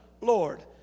Lord